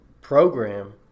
program